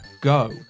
go